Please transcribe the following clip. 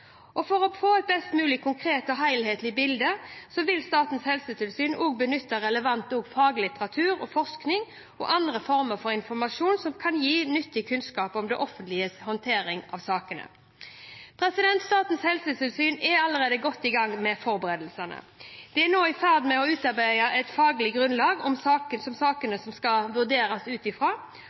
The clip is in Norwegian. For å få et mest mulig korrekt og helhetlig bilde vil Statens helsetilsyn også benytte relevant faglitteratur og forskning og andre former for informasjon som kan gi nyttig kunnskap om det offentliges håndtering av saker. Statens helsetilsyn er allerede godt i gang med forberedelsene. De er nå i ferd med å utarbeide et faglig grunnlag som sakene skal vurderes ut